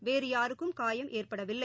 வேறுயாருக்கும் காயம் ஏற்படவில்லை